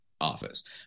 office